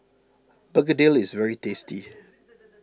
Begedil is very tasty